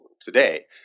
today